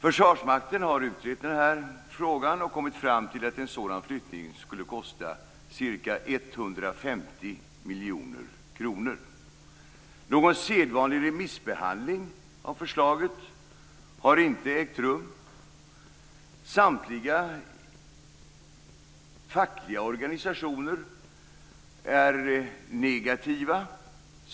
Försvarsmakten har utrett frågan och kommit fram till att en sådan flyttning skulle kosta ca 150 miljoner kronor. Någon sedvanlig remissbehandling av förslaget har inte ägt rum. Samtliga fackliga organisationer är negativa.